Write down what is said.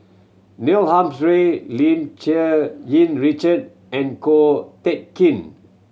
Neil Humphrey Lim Cherng Yih Richard and Ko Teck Kin